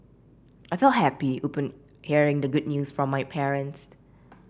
I felt happy upon hearing the good news from my parents